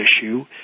issue